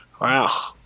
Wow